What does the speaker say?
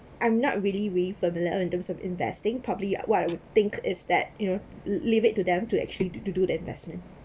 I'm not really really familiar in terms of investing probably what I would think is that you know le~ leave it to them to actually to to do the investment